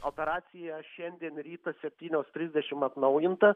operacija šiandien rytą septynios trisdešimt atnaujinta